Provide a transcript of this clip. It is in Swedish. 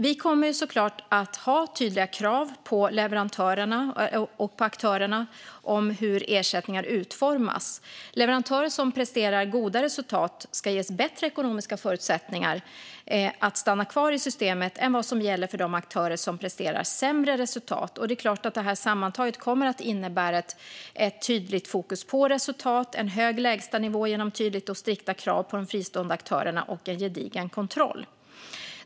Vi kommer såklart att ha tydliga krav på leverantörerna och på aktörerna om hur ersättningar utformas. Leverantörer som presterar goda resultat ska ges bättre ekonomiska förutsättningar att stanna kvar i systemet än vad som gäller för de aktörer som presterar sämre resultat. Det är klart att detta sammantaget kommer att innebära ett tydligt fokus på resultat, en hög lägstanivå genom tydlighet och strikta krav på de fristående aktörerna och en gedigen kontroll.